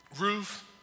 Ruth